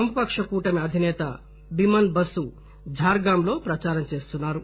వామపక్ష కూటమి అధిసేత బిమన్ బసు జార్గాంలో ప్రచారం చేస్తున్నారు